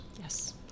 Yes